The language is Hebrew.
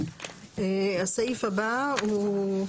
הסעיף הבא הוא,